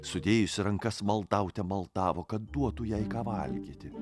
sudėjusi rankas maldaute maldavo kad duotų jai ką valgyti